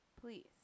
Please